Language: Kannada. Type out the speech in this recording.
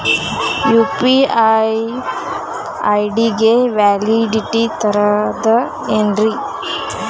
ಯು.ಪಿ.ಐ ಐ.ಡಿ ಗೆ ವ್ಯಾಲಿಡಿಟಿ ಇರತದ ಏನ್ರಿ?